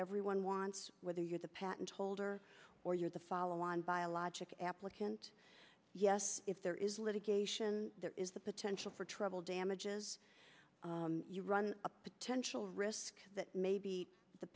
everyone wants whether you're the patent holder or you're the follow on biologic applicant yes if there is litigation there is the potential for trouble damages you run a potential risk that may be the